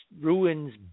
ruins